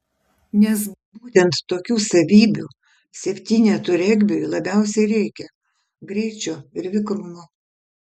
nes būtent tokių savybių septynetų regbiui labiausiai reikia greičio ir vikrumo